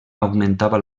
augmentava